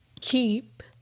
keep